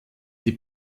die